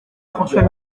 françois